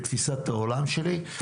בתפיסת העולם שלי,